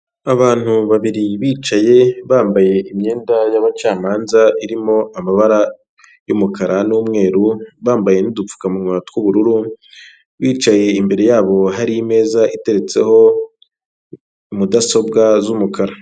Abantu babiri bicaye, bambaye imyenda y'abacamanza irimo amabara y'umukara n'umweru, bambaye n'udupfukamunwa tw'ubururu, bicaye imbere yabo hari imeza iteretseho mudasobwa z'umukara.